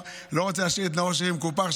אני לא רוצה להשאיר את נאור שירי מקופח,